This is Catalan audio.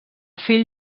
fill